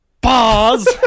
pause